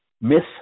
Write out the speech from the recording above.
miss